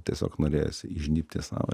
tiesiog norėjosi įžnybti sau